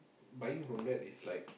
buying from that is like